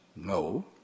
No